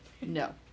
No